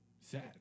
sad